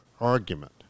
argument